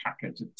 package